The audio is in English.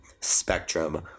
spectrum